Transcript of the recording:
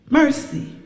mercy